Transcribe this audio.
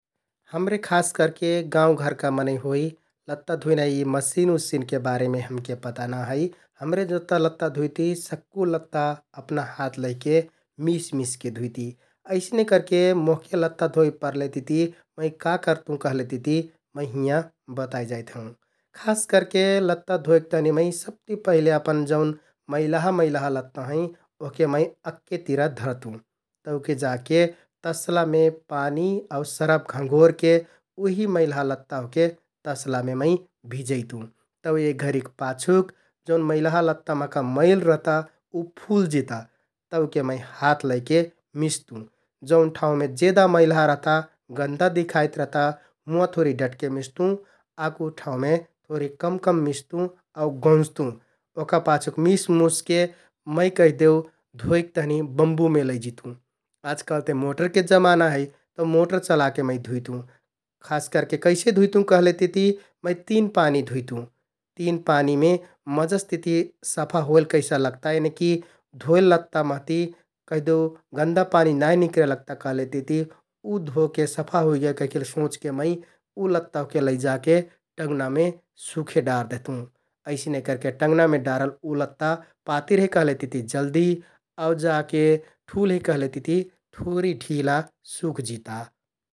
हमरे खास करके गाउँघरका मनैं होइ । लत्ता धुइना यि मसिन उसिनके बारेमे हमके पता नाइ है । हमरे जत्ता लत्ता धुइति सक्कु लत्ता अपना हात लैके मिसमिसके धुइति । अइसने करके मोहके लत्ता धोइ परलेतिति मै का करतुँ कहलेतिति मै हिंयाँ बताइ जाइत हौं । खास करके लत्ता धोइक तहनि मै सबति पहिले अपन जौन मैलहा मैलहा लत्ता हैं ओहके मै अक्के तिरा धरतुँ । तौके जाके तसलामे पानी आउ सरफ घँघोरके उहि मैलहा लत्ता ओहके तसलामे मै भिजैतुँ । तौ एक घरिक पाछुक जौन मैलहा लत्ता महका मैल रहता उ फुल जिता । तौके मै हात लैके मिस्तुँ जौन ठाउँमे जेदा मैलहा रहता, गन्दा दिखाइत रहता हुँवाँ थोरि डटके मिस्तुँ । आकु ठाउँमे थोरि कम कम मिस्तुँ आउ गौंजतुँ । ओहका पाछुक मिसमुसके मै कहिदेउ धोइक तहनि बम्बुमे लैजितुँ । आजकाल ते मोटरके जमाना है तौ मोटर चलाके मै धुइतुँ । खास करके कैसे धुइतुँ कहलेतिति मै तिन पानी धुइतुँ । तिन पानीमे मजसतिति सफा होइल कैसा लगता यनिकि धोइल लत्ता महति कैहदेउ गन्दा पानी नाइ निकरे लगता कहलेतिति उ धोके सफा हुइगेल कहिके सोंचके मै उ लत्ता ओहके लैजाके मै टँगनामे सुखे डार देहतुँ । अइसने करके टँगनामे डारल उ लत्ता पातिर हे कहलेतिति जल्दि आउ जाके ठुल्ह हे कहलेतिति थोरि ढिला सुख जिता ।